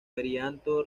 perianto